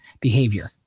behavior